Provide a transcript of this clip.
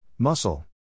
Muscle